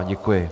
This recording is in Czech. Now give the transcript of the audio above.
Děkuji.